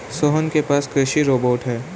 सोहन के पास कृषि रोबोट है